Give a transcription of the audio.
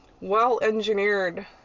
well-engineered